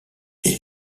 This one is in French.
est